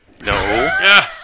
No